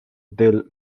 del